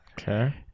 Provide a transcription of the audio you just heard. Okay